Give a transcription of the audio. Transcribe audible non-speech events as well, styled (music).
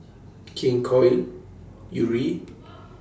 (noise) King Koil Yuri (noise)